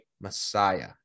Messiah